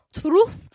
Truth